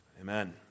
Amen